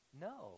No